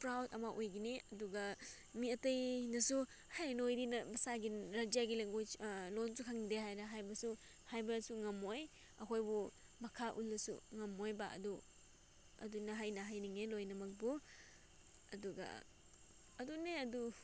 proud ꯑꯃ ꯑꯣꯏꯒꯅꯤ ꯑꯗꯨꯒ ꯃꯤ ꯑꯇꯩꯅꯁꯨ ꯍꯦ ꯅꯣꯏꯗꯤ ꯃꯁꯥꯒꯤ ꯔꯥꯏꯖ꯭ꯌꯥꯒꯤ ꯂꯦꯡꯒ꯭ꯋꯦꯁ ꯂꯣꯟꯁꯨ ꯈꯪꯗꯦ ꯍꯥꯏꯅ ꯍꯥꯏꯕꯁꯨ ꯍꯥꯏꯕꯁꯨ ꯉꯝꯃꯣꯏ ꯑꯩꯈꯣꯏꯕꯨ ꯃꯈꯥ ꯎꯠꯂꯁꯨ ꯉꯝꯃꯣꯏꯕ ꯑꯗꯨ ꯑꯗꯨꯅ ꯍꯥꯏꯅ ꯍꯥꯏꯅꯤꯡꯉꯦ ꯂꯣꯏꯅꯃꯛꯄꯨ ꯑꯗꯨꯒ ꯑꯗꯨꯅꯦ ꯑꯗꯨ